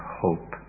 hope